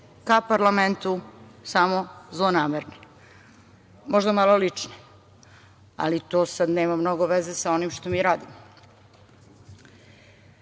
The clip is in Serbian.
ka parlamentu samo zlonamerne, možda malo lične, ali to sad nema mnogo veze sa onim što mi radimo. Budžet